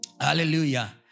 Hallelujah